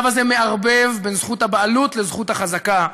הצו הזה מערבב בין זכות הבעלות לזכות החזקה,